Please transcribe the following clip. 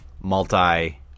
multi